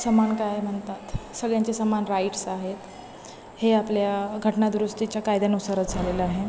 समान काय म्हनतात सगळ्यांचे समान राईट्स आहेत हे आपल्या घटना दुरुस्तीच्या कायद्यानुसारच झालेलं आहे